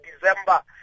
December